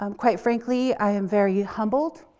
um quite frankly, i am very humbled.